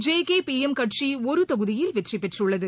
J K P M கட்சி ஒரு தொகுதியில் வெற்றி பெற்றுள்ளது